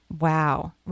Wow